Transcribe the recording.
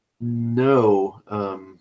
No